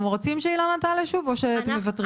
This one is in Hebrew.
רוצים שאילנה תעלה שוב או שאתם מוותרים על זה?